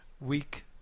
week